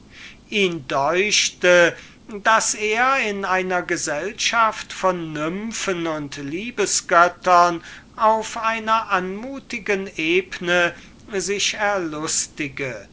ihn deuchte also daß er in einer gesellschaft von nymphen und liebesgöttern auf einer anmutigen ebne sich erlustige